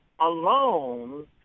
alone